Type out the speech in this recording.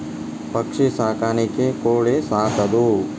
ಪಕ್ಷಿ ಸಾಕಾಣಿಕೆ ಕೋಳಿ ಸಾಕುದು